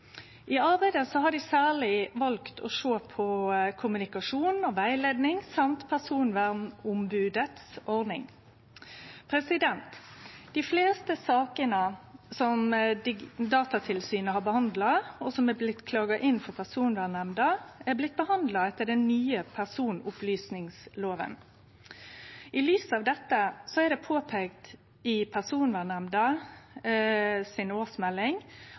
I arbeidet har dei særleg valt å sjå på kommunikasjon og rettleiing og ordninga til personvernombodet. Dei fleste sakene som Datatilsynet har behandla, og som er blitt klaga inn for Personvernnemnda, er blitt behandla etter den nye personopplysningsloven. I lys av dette er det påpeikt i